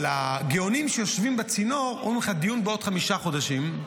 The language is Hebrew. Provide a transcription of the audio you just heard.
אבל הגאונים שיושבים בצינור אומרים לך: הדיון בעוד חמישה חודשים.